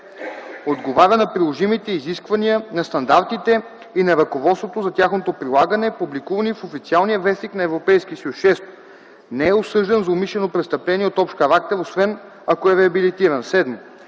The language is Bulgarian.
отговаря на приложимите изисквания на стандартите и на ръководството за тяхното прилагане, публикувани в официалния вестник на Европейския съюз; 6. не е осъждан за умишлено престъпление от общ характер, освен ако е реабилитиран; 7.